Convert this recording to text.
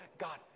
God